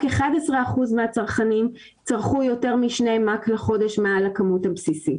רק 11% מהצרכנים צרכו יותר מ-2 מ"ק לחודש מעל הכמות הבסיסית.